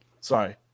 Sorry